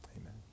amen